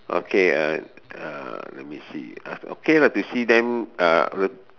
okay uh uh let me see uh okay lah to see them uh